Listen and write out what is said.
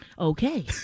Okay